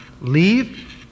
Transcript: leave